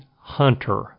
Hunter